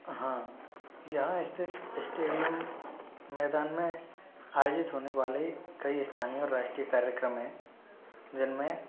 हाँ यहाँ स्थित स्टेडियम मैदान में और आयोजित होने वाले कई स्थानीय और राष्ट्रीय कार्यक्रम हैं जिनमें